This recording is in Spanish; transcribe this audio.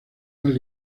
más